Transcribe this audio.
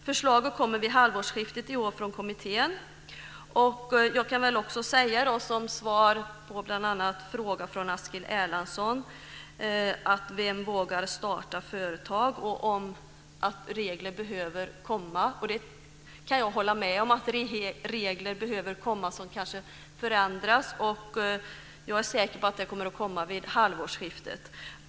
Förslaget från kommittén kommer vid halvårsskiftet i år. Eskil Erlandsson frågade: Vem vågar starta företag? Och han ansåg att regler behöver komma. Jag kan hålla med om att det behövs förändrade regler, och jag är säker på att de kommer vid halvårsskiftet.